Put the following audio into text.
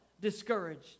Discouraged